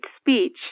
speech